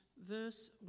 verse